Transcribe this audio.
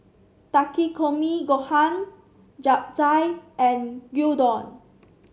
Takikomi Gohan Japchae and Gyudon